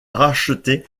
racheter